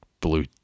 blue